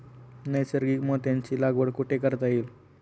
नैसर्गिक मोत्यांची लागवड कुठे करता येईल?